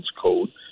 Code